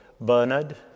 Bernard